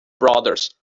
brothers